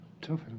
Tough